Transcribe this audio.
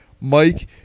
Mike